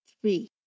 Three